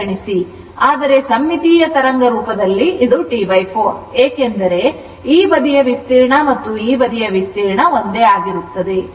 ಆದರೆ ಸಮ್ಮಿತೀಯ ತರಂಗರೂಪದಲ್ಲಿ ಇದು T 4 ಏಕೆಂದರೆ ಈ ಬದಿಯ ವಿಸ್ತೀರ್ಣ ಮತ್ತು ಈ ಬದಿಯ ವಿಸ್ತೀರ್ಣ ಒಂದೇ ಆಗಿರುತ್ತದೆ